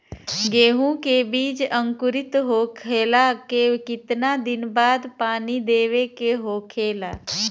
गेहूँ के बिज अंकुरित होखेला के कितना दिन बाद पानी देवे के होखेला?